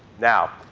now,